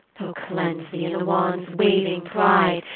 oh, cleanse thee in the wands' waving pride!